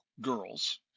girls